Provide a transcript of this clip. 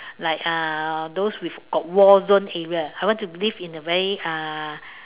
like uh those with got war zone area I want to live in a very uh